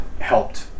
helped